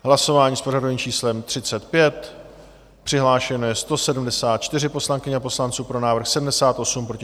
Hlasování s pořadovým číslem 35, přihlášeno je 174 poslankyň a poslanců, pro návrh 78, proti 47.